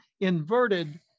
inverted